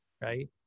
right